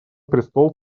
престол